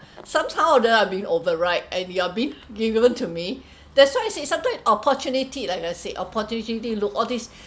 sometimes order are being override and you are being given to me that's why I say sometimes opportunity like I said opportunity look all these